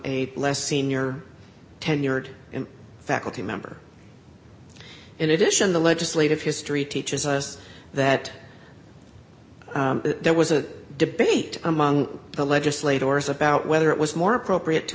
a less senior tenured faculty member in addition the legislative history teaches us that there was a debate among the legislators about whether it was more appropriate to